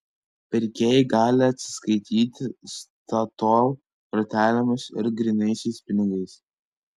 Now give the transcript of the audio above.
pirkėjai gali atsiskaityti statoil kortelėmis ir grynaisiais pinigais